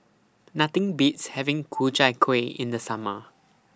Nothing Beats having Ku Chai Kueh in The Summer